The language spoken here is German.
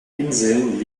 inseln